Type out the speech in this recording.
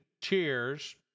Cheers